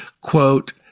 quote